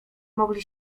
mogli